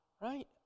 Right